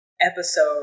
episode